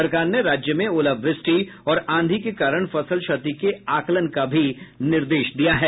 सरकार ने राज्य में ओलावृष्टि और आंधी के कारण फसल क्षति के आकलन का भी निर्देश दिया है